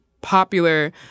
popular